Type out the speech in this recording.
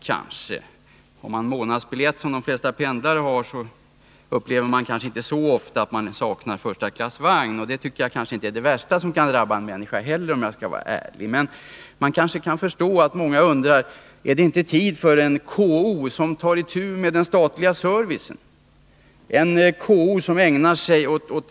Har man månadsbiljett, som de flesta pendlare har, saknar man kanske inte så ofta förstaklassvagn, och det tycker jag väl inte är det värsta som kan drabba en människa heller, om jag skall vara ärlig. Men jag kan förstå att många undrar: Är det inte tid för en KO som tar itu med den statliga servicen i det här sammanhanget?